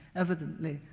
evidently,